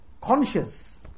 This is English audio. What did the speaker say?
conscious